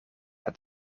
dat